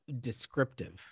descriptive